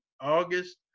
August